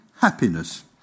happiness